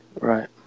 right